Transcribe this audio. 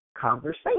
conversation